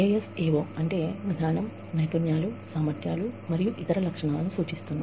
KSAO అంటే knowledge skills abilities మరియు characteristics ను knowledge skills abilities and characteristicsసూచిస్తుంది